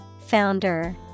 Founder